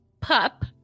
Pup